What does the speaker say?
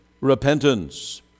repentance